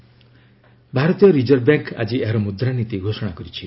monetary policy ଭାରତୀୟ reserve bank ଆଜି ଏହାର ମୁଦ୍ରାନୀତି ଘୋଷଣା କରିଛି